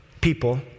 people